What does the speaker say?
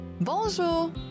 bonjour